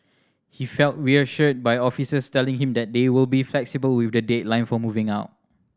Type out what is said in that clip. he felt reassured by officers telling him that they will be flexible with the deadline for moving out